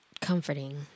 comforting